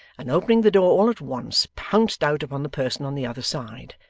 and opening the door all at once, pounced out upon the person on the other side,